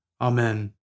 Amen